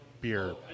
beer